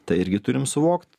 tai irgi turim suvokt